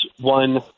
one